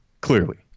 Clearly